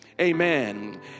amen